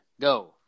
go